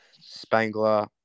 spangler